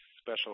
Special